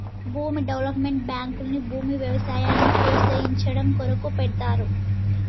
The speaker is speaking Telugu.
భూమి డెవలప్మెంట్ బాంకుల్ని భూమి వ్యవసాయాన్ని ప్రోస్తయించడం కొరకు పెడ్తారు